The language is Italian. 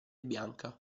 bianca